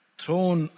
thrown